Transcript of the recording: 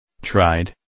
Tried